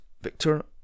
Victor